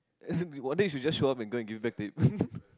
one day you should just show up and go and give back to him